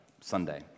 Sunday